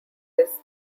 his